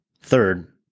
Third